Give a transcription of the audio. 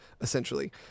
essentially